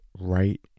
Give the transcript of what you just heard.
right